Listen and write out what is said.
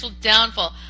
downfall